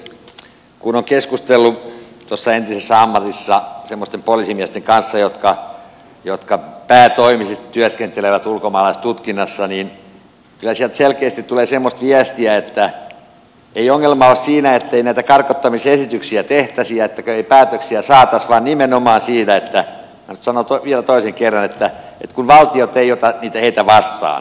kun on keskustellut tuossa entisessä ammatissa semmoisten poliisimiesten kanssa jotka päätoimisesti työskentelevät ulkomaalaistutkinnassa niin kyllä sieltä selkeästi tulee semmoista viestiä että ei ongelma ole siinä ettei näitä karkottamisesityksiä tehtäisi ja etteikö päätöksiä saataisi vaan nimenomaan siinä minä sanon nyt vielä toisen kerran kun valtiot eivät ota heitä vastaan